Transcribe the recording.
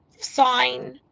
sign